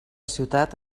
ciutat